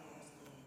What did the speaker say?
בשביל עם ישראל.